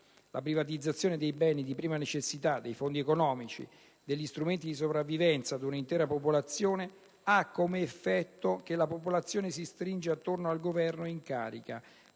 la privatizzazione dei beni di prima necessità, dei fondi economici, degli strumenti di sopravvivenza ad una intera popolazione ha come effetto che la popolazione si stringe attorno al Governo in carica,